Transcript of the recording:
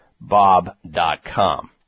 Bob.com